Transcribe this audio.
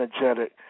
energetic